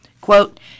Quote